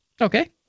Okay